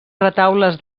retaules